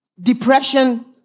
Depression